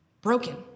broken